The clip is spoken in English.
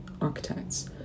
architects